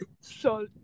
Salt